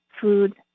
food